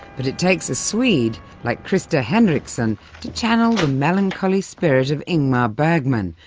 but it takes a swede like krister henriksson to channel the melancholy spirit of ingmar bergman,